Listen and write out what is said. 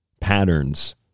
Patterns